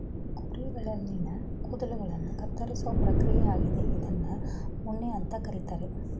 ಕುರಿಗಳಲ್ಲಿನ ಕೂದಲುಗಳನ್ನ ಕತ್ತರಿಸೋ ಪ್ರಕ್ರಿಯೆ ಆಗಿದೆ ಇದ್ನ ಉಣ್ಣೆ ಅಂತ ಕರೀತಾರೆ